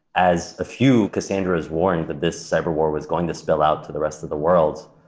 as a few, cassandra has warned that this cyberwar was going to spill out to the rest of the world,